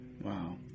Wow